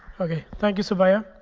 thank you, subbaiah.